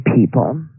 people